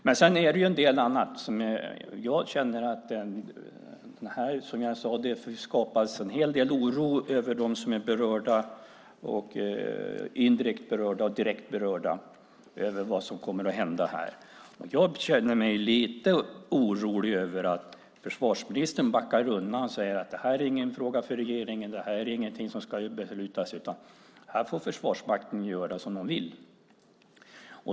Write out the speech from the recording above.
Sedan är det ju, som jag sade, en del annat som jag känner har skapat en hel del oro för dem som är indirekt berörda och direkt berörda av det som kommer att hända här. Jag känner mig lite orolig över att försvarsministern backar undan och säger att det här inte är någon fråga för regeringen. Det här är ingenting som ska beslutas, utan här får Försvarsmakten göra som man vill.